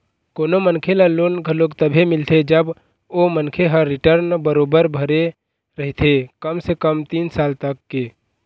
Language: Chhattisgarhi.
कोनो मनखे ल लोन घलोक तभे मिलथे जब ओ मनखे ह रिर्टन बरोबर भरे रहिथे कम से कम तीन साल तक के